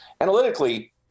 Analytically